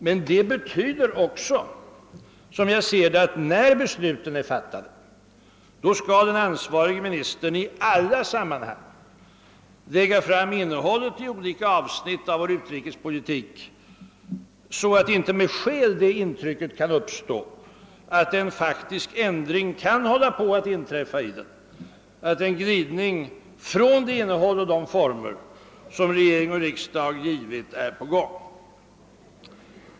Det betyder emellertid också, som jag ser det, att när beslutet är fattat skall den ansvarige ministern i alla sammanhang lägga fram innehållet i olika avsnitt av vår utrikespolitik så att det inte med skäl kan uppstå det in trycket att en faktisk ändring kan hålla på att inträffa i den, att en glidning från det innehåll och de former som riksdagen givit är på gång.